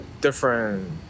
different